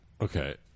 Okay